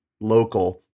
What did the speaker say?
local